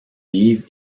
vive